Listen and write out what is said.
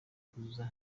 kuzuza